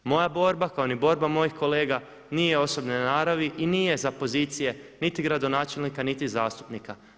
Moja borba kao ni borba mojih kolega nije osobne naravi i nije za pozicije niti gradonačelnika niti zastupnika.